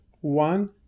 One